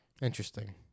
Interesting